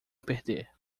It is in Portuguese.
perder